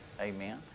Amen